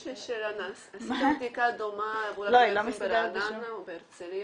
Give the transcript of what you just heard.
יש לי שאלה, נעשתה בדיקה דומה ברעננה או בהרצליה?